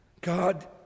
God